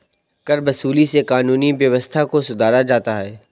करवसूली से कानूनी व्यवस्था को सुधारा जाता है